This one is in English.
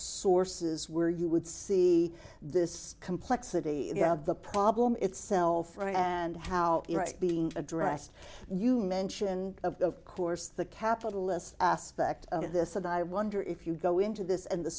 sources where you would see this complexity of the problem itself and how being addressed you mention of course the capitalist aspect of this and i wonder if you go into this and the